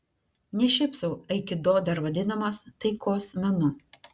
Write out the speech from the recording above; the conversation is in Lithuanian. ne šiaip sau aikido dar vadinamas taikos menu